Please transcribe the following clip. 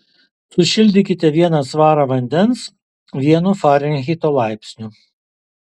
sušildykite vieną svarą vandens vienu farenheito laipsniu